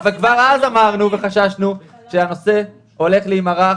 כבר אז אמרנו וחששנו שהנושא הולך להימרח